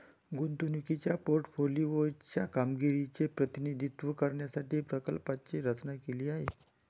गुंतवणुकीच्या पोर्टफोलिओ च्या कामगिरीचे प्रतिनिधित्व करण्यासाठी प्रकल्पाची रचना केली आहे